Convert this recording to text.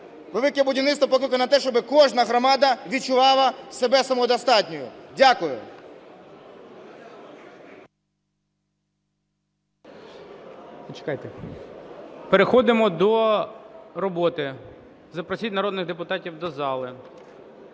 "Велике будівництво" покликано на те, щоб кожна громада відчувала себе самодостатньою. Дякую. ГОЛОВУЮЧИЙ. Переходимо до роботи. Запросіть народних депутатів до зали.